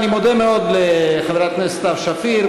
אני מודה מאוד לחברי הכנסת סתיו שפיר,